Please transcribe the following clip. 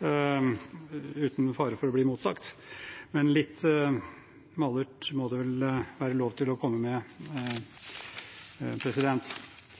uten fare for å bli motsagt. Men litt malurt må det vel være lov til å komme med.